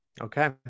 Okay